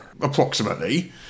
approximately